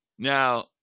Now